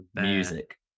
music